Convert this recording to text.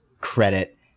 credit